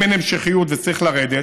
אם אין המשכיות וצריך לרדת,